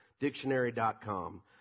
dictionary.com